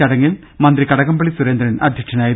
ചടങ്ങിൽ മന്ത്രി കടകംപള്ളി സുരേന്ദ്രൻ അധ്യക്ഷനായിരുന്നു